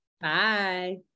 Bye